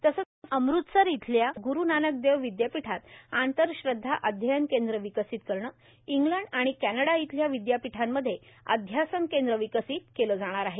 तसंच अमृतसर येथील ग्रु नानक देव विद्यापीठात आंतर श्रद्धा अध्ययनकेंद्र विकसित करण इंग्लंड आणि कॅनडा इथल्या विद्यापीठांमध्ये अध्यासन केंद्र विकसित केल जाणार आहे